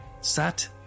sat